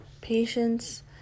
patience